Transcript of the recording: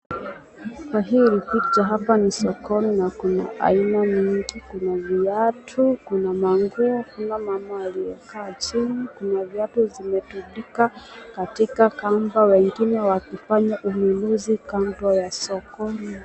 Kwa hii picha hapa kuna sokoni, kuna aina mingi, kuna viatu, kuna manguo, yule mama aliyekaa chini, kuna viatu zimetundika katika kamba, kuna wengine wakifanya ununuzi kando ya soko hii.